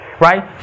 right